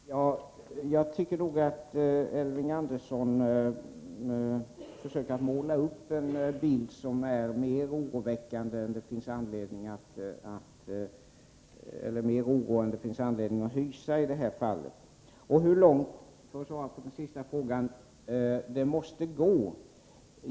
Fru talman! Jag tycker nog att Elving Andersson försöker måla upp en bild som visar en större oro än det finns anledning att hysa i det här fallet. Elving Andersson frågade hur långt utvecklingen måste gå innan man gör en översyn.